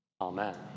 Amen